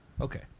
okay